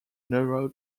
neural